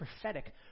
prophetic